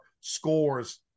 scores